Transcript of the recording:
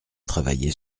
travailler